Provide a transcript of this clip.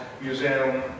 Museum